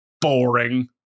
boring